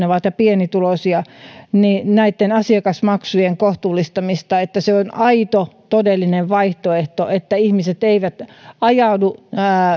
ovat pienituloisia näitten asiakasmaksujen kohtuullistamista että se on aito todellinen vaihtoehto että ihmiset eivät ajaudu